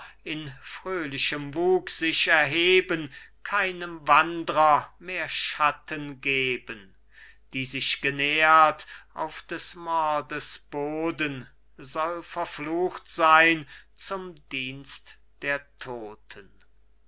in fröhlichem wuchs sich erheben keinem wandrer mehr schatten geben die sich genährt auf des mordes boden soll verflucht sein zum dienst der todten